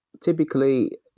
Typically